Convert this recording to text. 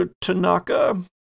Tanaka